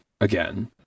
again